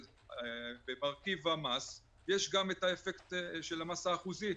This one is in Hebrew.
אז במרכיב המס יש את האפקט של המס האחוזי.